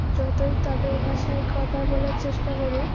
যতই তাদের ভাষায় কথা বলার চেষ্টা করুক